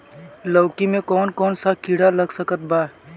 लौकी मे कौन कौन सा कीड़ा लग सकता बा?